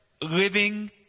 living